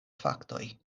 faktoj